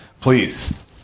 Please